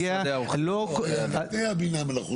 לפני הבינה המלאכותית.